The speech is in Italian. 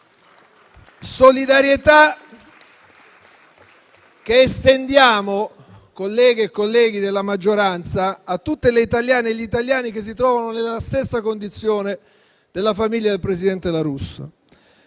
solidarietà che estendiamo, colleghe e colleghi della maggioranza, a tutte le italiane e gli italiani che si trovano nella stessa condizione della famiglia del presidente La Russa.